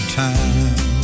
time